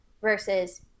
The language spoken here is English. versus